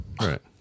Right